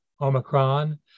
Omicron